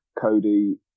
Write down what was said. Cody